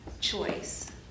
choice